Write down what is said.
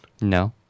No